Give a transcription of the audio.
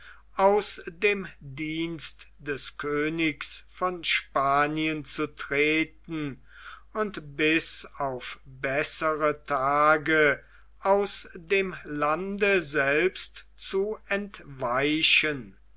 aus dem dienst des königs von spanien zu treten und bis auf bessere tage aus dem lande selbst zu entweichen